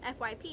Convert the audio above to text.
fyp